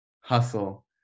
Hustle